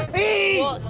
a